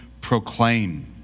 proclaim